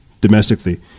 domestically